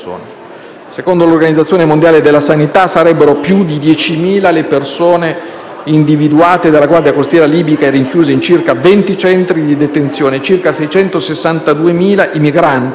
Secondo l'Organizzazione mondiale della sanità sarebbero più di 10.000 le persone individuate dalla Guardia costiera libica e rinchiuse in circa 20 centri di detenzione, e circa 662.000 i migranti,